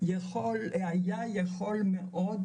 היה יכול מאוד